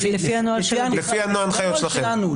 לפי ההנחיות שלכם?